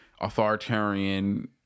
authoritarian